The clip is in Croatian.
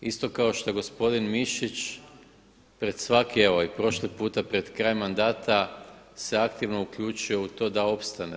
Isto kao što gospodin Mišić pred svaki evo i prošli puta pred kraj mandata se aktivno uključuje u to da opstane.